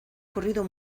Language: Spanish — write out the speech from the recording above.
corrido